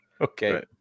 Okay